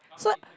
so